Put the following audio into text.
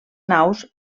naus